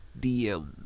DM